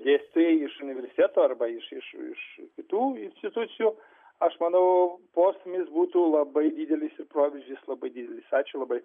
dėstytojai iš universitetų arba iš iš iš kitų institucijų aš manau postūmis būtų labai didelis ir proveržis labai didelis ačiū labai